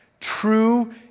true